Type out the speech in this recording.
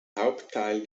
hauptteil